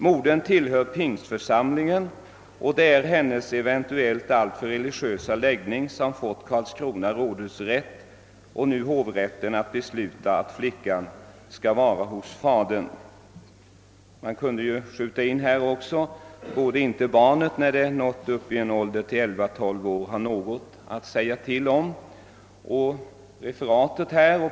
Modern = tillhör pingstförsamlingen, och det är hennes eventuellt alltför religiösa läggning som fått Karlskrona rådhusrätt och nu hovrätten att besluta att flickan skall vara hos fadern.» Man kunde här skjuta in: Borde inte barnet, när det uppnått en ålder av 11—412 år, ha något att säga till om?